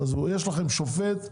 יש לכם שופט בדימוס,